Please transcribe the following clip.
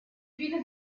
viele